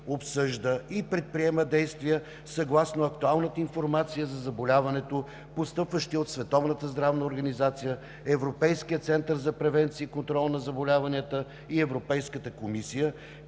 обсъжда и предприема действия, съгласно актуалната информация за заболяването, постъпваща от Световната здравна организация, Европейския център за превенция и контрол на заболяванията и Европейската комисия,